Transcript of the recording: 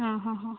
ആ ഹാ ഹാ